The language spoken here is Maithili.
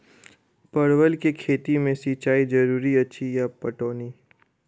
परवल केँ खेती मे सिंचाई जरूरी अछि या पटौनी?